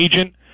agent